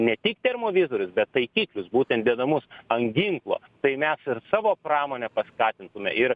ne tik termovizorius bet taikiklius būtent dedamus an ginklo tai mes savo pramonę paskatintume ir